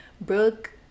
Brooke